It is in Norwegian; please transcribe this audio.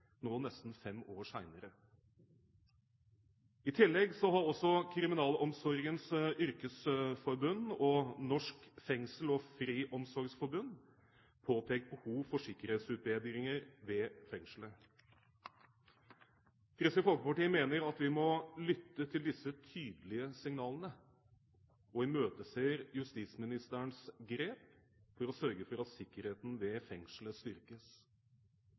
nå, nesten fem år senere. I tillegg har også Kriminalomsorgens Yrkesforbund og Norsk Fengsels- og Friomsorgsforbund påpekt behov for sikkerhetsutbedringer ved fengselet. Kristelig Folkeparti mener at vi må lytte til disse tydelige signalene, og imøteser justisministerens grep for å sørge for at sikkerheten ved fengselet styrkes.